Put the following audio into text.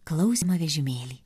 klausymą vežimėlį